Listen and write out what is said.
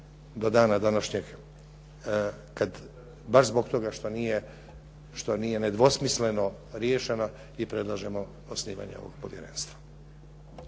do dana današnjeg kad baš zbog toga što nije nedvosmisleno riješena i predlažemo osnivanje ovog povjerenstva.